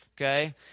okay